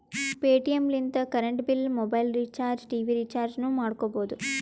Paytm ಲಿಂತ current bill, mobile recharge, TV ರಿಚಾರ್ಜನೂ ಮಾಡ್ಕೋಬೋದು